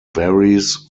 varies